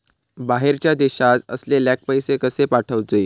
बाहेरच्या देशात असलेल्याक पैसे कसे पाठवचे?